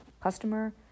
customer